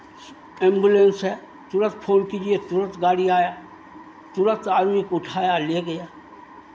ambulance है तुरंत phone कीजिए तुरंत गाड़ी आया तुरंत आदमी को उठाया ले गया